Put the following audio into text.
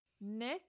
Nick